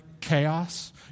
chaos